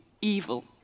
evil